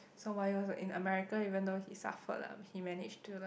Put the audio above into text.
so while he was in America even though he suffered lah but he managed to like